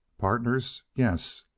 partners, yes.